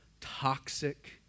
toxic